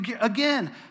again